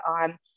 on